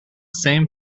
same